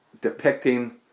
depicting